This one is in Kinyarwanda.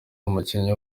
umukinnyi